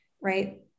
right